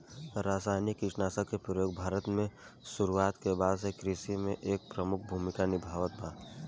रासायनिक कीटनाशक के प्रयोग भारत में शुरुआत के बाद से कृषि में एक प्रमुख भूमिका निभाइले बा